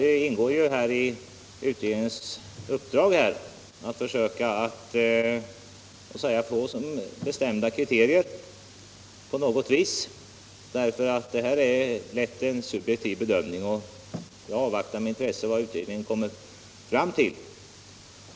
Det ingår i utredningens uppdrag att på något sätt försöka få fram bestämda kriterier, eftersom det lätt blir en subjektiv bedömning. Jag avvaktar med intresse vad utredningen kommer fram till.